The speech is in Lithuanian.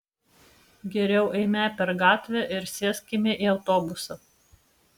geriau eime per gatvę ir sėskime į autobusą